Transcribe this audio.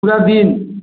पूरा दिन